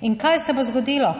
In kaj se bo zgodilo,